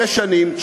אחרי שנים,